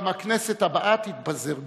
גם הכנסת הבאה תתפזר בגללו,